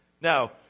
Now